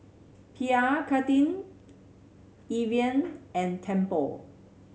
Pierre Cardin Evian and Tempur